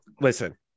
listen